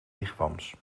wigwams